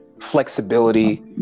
flexibility